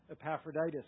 Epaphroditus